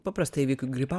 paprastai įvykių gripą